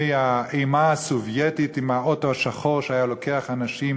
האימה הסובייטית עם האוטו השחור שהיה לוקח אנשים